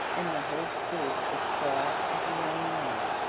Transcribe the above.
and the horse stood as quiet as a young lamb,